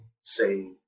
say